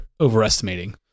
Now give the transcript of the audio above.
overestimating